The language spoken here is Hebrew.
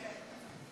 כן.